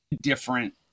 different